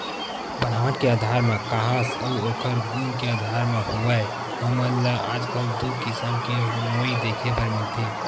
बनावट के आधार म काहस या ओखर गुन के आधार म होवय हमन ल आजकल दू किसम के नोई देखे बर मिलथे